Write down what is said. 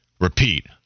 repeat